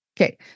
Okay